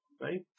right